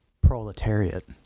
proletariat